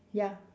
ya